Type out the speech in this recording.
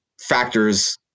factors